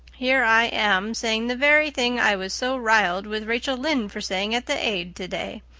here i am saying the very thing i was so riled with rachel lynde for saying at the aid today.